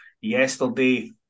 yesterday